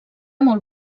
molt